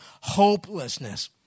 hopelessness